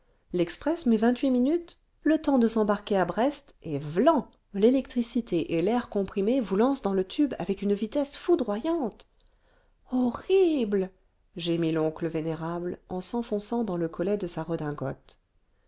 l'express met vingt-huit minutes le temps de s'embarquer à brest l'oncle casse-noisette et vlan l'électricité et l'air comprimé vous lancent dans le tube avec une vitesse foudroyante horrible gémit l'oncle vénérable en s'enfonçant dans le collet de sa redingote